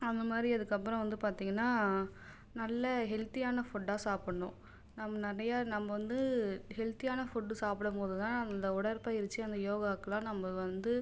அந்த மாதிரி அதுக்கப்புறம் வந்து பார்த்திங்கன்னா நல்ல ஹெல்தியான ஃபுட்டாக சாப்பிடணும் நம் நிறைய நம்ம வந்து ஹெல்தியான ஃபுட் சாப்பிடும்போதுதான் அந்த உடற்பயிற்சி அந்த யோகாக்குலாம் நம்ப வந்து